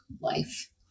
life